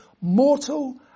mortal